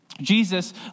Jesus